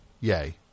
Yay